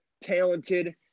talented